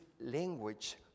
language